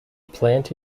plant